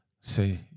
Say